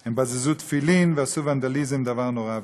הם בזזו תפילין ועשו ונדליזם, דבר נורא ואיום.